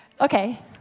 Okay